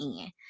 end